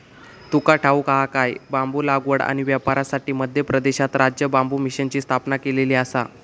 तुका ठाऊक हा काय?, बांबू लागवड आणि व्यापारासाठी मध्य प्रदेशात राज्य बांबू मिशनची स्थापना केलेली आसा